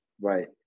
Right